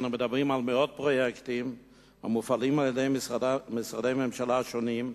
אנו מדברים על מאות פרויקטים המופעלים על-ידי משרדי ממשלה שונים,